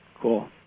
Cool